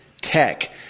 tech